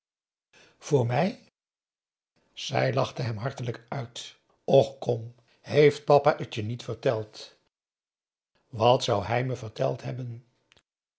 voor mij zij lachte hem hartelijk uit och kom heeft papa het je niet verteld wat zou hij me verteld hebben